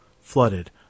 flooded